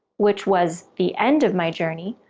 which was the end of my journey,